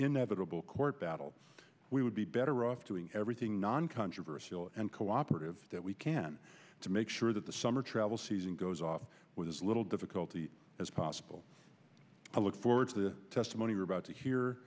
inevitable court battle we would be better off doing everything noncontroversial and cooperative that we can to make sure that the summer travel season goes off with as little difficulty as possible i look forward to the testimony were about to he